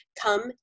come